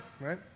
Right